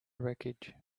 wreckage